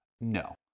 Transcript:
No